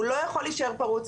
הוא לא יכול להישאר פרוץ,